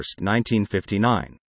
1959